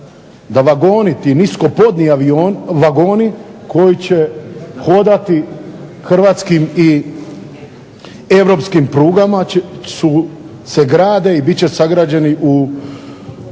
da vagoni ti niskopodni vagoni koji će hodati hrvatskim i europskim prugama se grade i bit će sagrađeni u